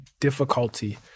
difficulty